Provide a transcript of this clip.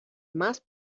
más